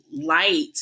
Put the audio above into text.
light